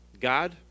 God